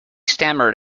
stammered